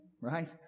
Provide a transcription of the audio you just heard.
Right